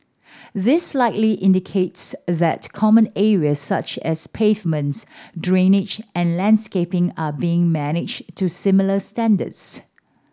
this likely indicates that common areas such as pavements drainage and landscaping are being managed to similar standards